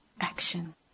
action